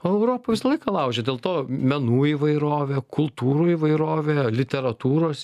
o europa visą laiką laužė dėl to menų įvairovė kultūrų įvairovė literatūros